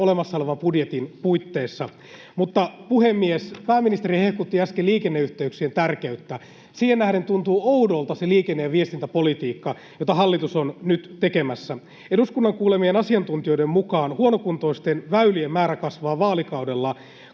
olemassa olevan budjetin puitteissa. Puhemies! Pääministeri hehkutti äsken liikenneyhteyksien tärkeyttä. Siihen nähden tuntuu oudolta se liikenne- ja viestintäpolitiikka, jota hallitus on nyt tekemässä. Eduskunnan kuulemien asiantuntijoiden mukaan huonokuntoisten väylien määrä kasvaa vaalikauden